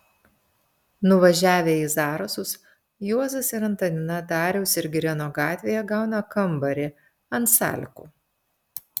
nuvažiavę į zarasus juozas ir antanina dariaus ir girėno gatvėje gauna kambarį ant salkų